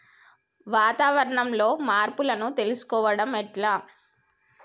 వాతావరణంలో మార్పులను తెలుసుకోవడం ఎట్ల?